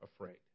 afraid